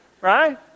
right